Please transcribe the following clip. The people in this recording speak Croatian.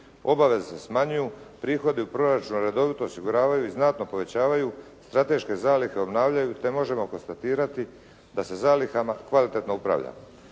Obaveze se smanjuju, prihodi u proračunu redovito osiguravaju i znatno povećavaju, strateške zalihe obnavljaju te možemo konstatirati da se zalihama kvalitetno upravlja.